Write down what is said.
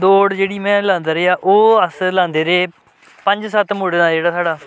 दौड़ जेह्ड़ी में लांदा रेहा ओह् अस लांदे रेह् पंज सत्त मुड़े दा जेह्ड़ा साढ़ा